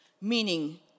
meaning